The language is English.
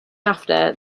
after